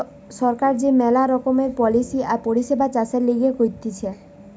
সরকার যে মেলা রকমের পলিসি আর পরিষেবা চাষের লিগে করতিছে